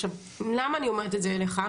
עכשיו, למה אני אומרת את זה לך?